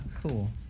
cool